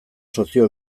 sozio